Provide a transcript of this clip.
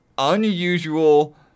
unusual